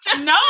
No